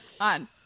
on